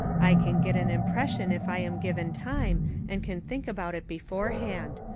i can get an impression if i am given time and can think about it beforehand.